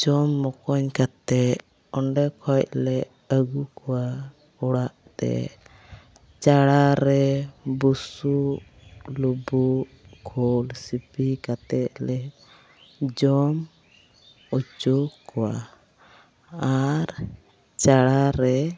ᱡᱚᱢ ᱢᱚᱠᱚᱧ ᱠᱟᱛᱮᱫ ᱚᱸᱰᱮᱠᱷᱚᱱ ᱞᱮ ᱟᱹᱜᱩ ᱠᱚᱣᱟ ᱚᱲᱟᱜᱛᱮ ᱪᱟᱲᱟᱨᱮ ᱵᱩᱥᱩᱵ ᱞᱩᱵᱩᱜ ᱠᱷᱳᱞ ᱥᱤᱯᱤ ᱠᱟᱛᱮᱫᱞᱮ ᱡᱚᱢᱚᱪᱚ ᱠᱚᱣᱟ ᱟᱨ ᱪᱟᱲᱟᱨᱮ